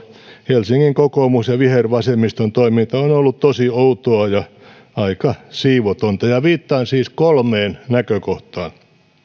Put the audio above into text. helsingin kokoomuksen ja vihervasemmiston toiminta on ollut tosi outoa ja aika siivotonta viittaan siis kolmeen näkökohtaan